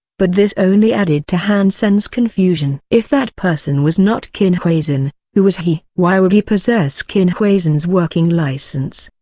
but this only added to han sen's confusion. if that person was not qin huaizhen, who was he? why would he possess qin huaizhen's working license?